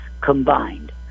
combined